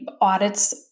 audits